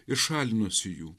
ir šalinosi jų